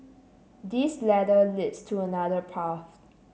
this ladder leads to another path